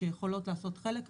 שיכולות לעשות חלק מהבדיקות,